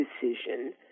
decision